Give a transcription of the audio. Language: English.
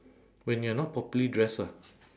when you are not properly dressed ah